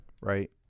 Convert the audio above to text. right